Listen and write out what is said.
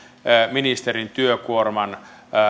ministerin työkuorman